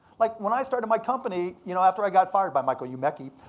like when i started my company, you know after i got fired by michael humecki,